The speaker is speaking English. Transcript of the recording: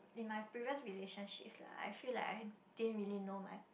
in my previous relationships like I feel like I didn't really know my